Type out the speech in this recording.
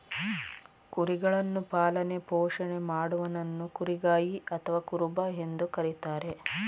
ಕುರಿಗಳನ್ನು ಪಾಲನೆ ಪೋಷಣೆ ಮಾಡುವವನನ್ನು ಕುರಿಗಾಯಿ ಅಥವಾ ಕುರುಬ ಎಂದು ಕರಿತಾರೆ